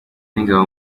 w’ingabo